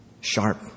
sharp